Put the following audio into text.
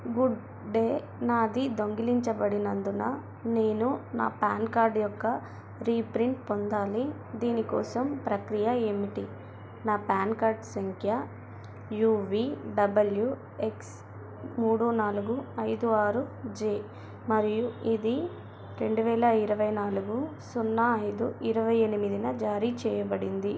good day నాది దొంగిలించబడినందున నేను నా పాన్ కార్డు యొక్క రీప్రింట్ పొందాలి దీని కోసం ప్రక్రియ ఏమిటి నా పాన్ కార్డ్ సంఖ్య యూ వీ డబ్ల్యూ ఎక్స్ మూడు నాలుగు ఐదు ఆరు జే మరియు ఇది రెండు వేల ఇరవై నాలుగు సున్నా ఐదు ఇరవై ఎనిమిదిన జారీ చేయబడింది